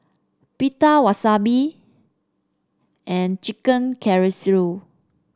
Pita Wasabi and Chicken Casserole